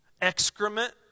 Excrement